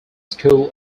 school